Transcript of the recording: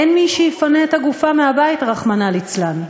אין מי שיפנה את הגופה מהבית, רחמנא ליצלן.